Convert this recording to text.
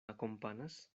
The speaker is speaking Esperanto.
akompanas